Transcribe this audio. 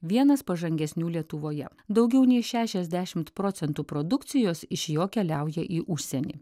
vienas pažangesnių lietuvoje daugiau nei šešiasdešimt procentų produkcijos iš jo keliauja į užsienį